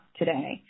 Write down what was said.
today